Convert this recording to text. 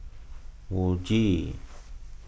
Muji